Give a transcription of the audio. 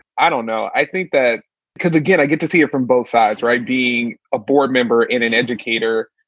i don't know. i think that because again, i get to see it from both sides. right. being a board member and an educator,